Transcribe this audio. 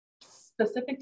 specific